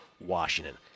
Washington